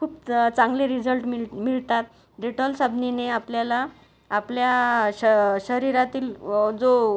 खूप चांगले रिझल्ट मिल मिळतात डेटॉल साबणाने आपल्याला आपल्या श शरीरातील व जो